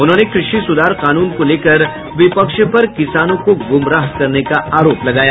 उन्होंने कृषि सुधार कानून को लेकर विपक्ष पर किसानों को गुमराह करने का आरोप लगाया